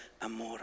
amor